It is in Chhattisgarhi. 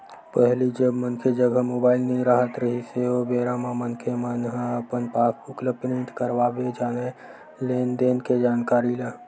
पहिली जब मनखे जघा मुबाइल नइ राहत रिहिस हे ओ बेरा म मनखे मन ह अपन पास बुक ल प्रिंट करवाबे जानय लेन देन के जानकारी ला